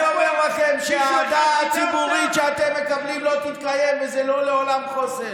אני אומר לכם שהאהדה הציבורית שאתם מקבלים לא תתקיים וזה לא לעולם חוסן.